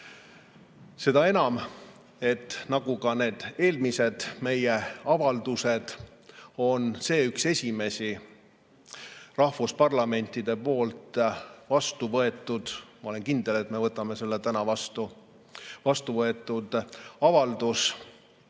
Seda enam, et nagu ka need eelmised meie avaldused on see üks esimesi rahvusparlamentide vastu võetud – ma olen kindel, et me võtame selle täna vastu – avaldusi,